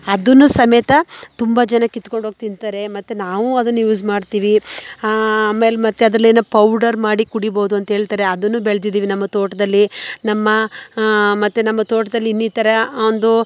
ಅದನ್ನು ಸಮೇತ ತುಂಬ ಜನ ಕಿತ್ಕೊಂಡು ಹೋಗಿ ತಿಂತಾರೆ ಮತ್ತೆ ನಾವು ಅದನ್ನು ಯೂಸ್ ಮಾಡ್ತೀವಿ ಆಮೇಲೆ ಮತ್ತೆ ಅದರಲ್ಲೇನೋ ಪೌಡರ್ ಮಾಡಿ ಕುಡಿಬೋದು ಅಂಥೇಳ್ತಾರೆ ಅದನ್ನು ಬೆಳೆದಿದ್ದೀವಿ ನಮ್ಮ ತೋಟದಲ್ಲಿ ನಮ್ಮ ಮತ್ತೆ ನಮ್ಮ ತೋಟದಲ್ಲಿ ಇನ್ನಿತರ ಒಂದು